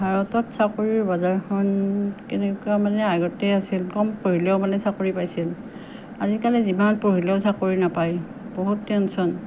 ভাৰতত চাকৰিৰ বজাৰখন কেনেকুৱা মানে আগতে আছিল কম পঢ়িলেও মানে চাকৰি পাইছিল আজিকালি যিমান পঢ়িলেও চাকৰি নাপায় বহুত টেনশ্য়ন